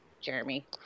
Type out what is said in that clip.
Jeremy